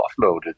offloaded